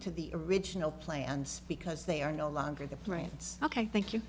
to the original plans because they are no longer the prince ok thank you